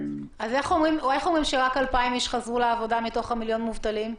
אז איך אומרים שרק 2,000 איש חזרו לעבודה מתוך מיליון המובטלים?